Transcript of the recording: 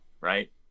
right